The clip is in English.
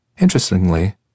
Interestingly